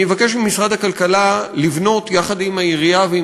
אני מבקש ממשרד הכלכלה לבנות יחד עם העירייה ועם